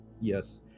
Yes